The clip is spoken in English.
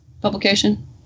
publication